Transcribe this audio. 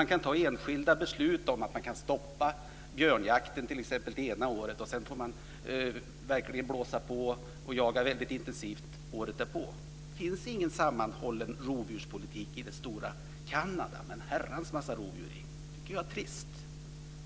Man kan där fatta enskilda beslut om att t.ex. stoppa björnjakten ett år medan jakten kan få fortgå väldigt intensivt året därpå. Det finns inte någon sammanhållen rovdjurspolitik i det stora Kanada, där man har en herrans massa rovdjur. Jag tycker att det är trist.